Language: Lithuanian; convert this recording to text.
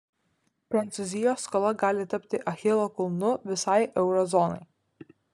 prancūzijos skola gali tapti achilo kulnu visai euro zonai